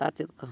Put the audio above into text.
ᱟᱨ ᱪᱮᱫᱠᱚ